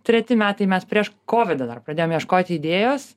treti metai mes prieš kovidą dar pradėjom ieškoti idėjos